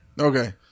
Okay